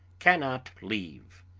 cannot leave.